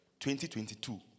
2022